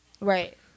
right